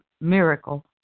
miracle